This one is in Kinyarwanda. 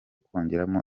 kongeramo